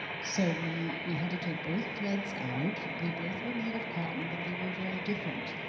so we we had to take both threads out. they both were made of cotton, but they were very different.